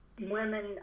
women